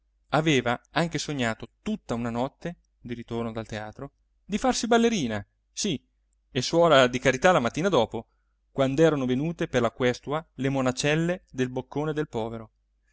aveva anche sognato tutta una notte di ritorno dal teatro di farsi ballerina sì e suora di carità la mattina dopo quand'erano venute per la questua le monacelle del boccone del povero